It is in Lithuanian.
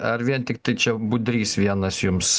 ar vien tiktai čia budrys vienas jums